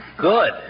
Good